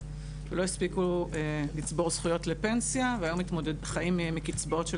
לא הספיקו לצבור זכויות לפנסיה והיום חיים מקצבאות של